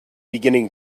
beginning